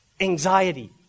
anxiety